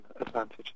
advantage